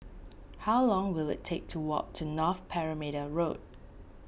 how long will it take to walk to North Perimeter Road